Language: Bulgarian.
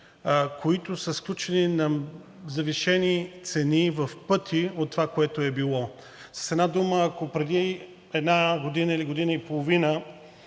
които са сключени на завишени цени – в пъти от това, което е било. С една дума, ако преди една година или година и половина